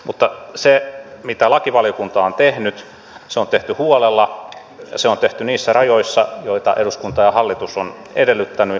mutta se mitä lakivaliokunta on tehnyt on tehty huolella se on tehty niissä rajoissa joita eduskunta ja hallitus ovat edellyttäneet